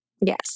Yes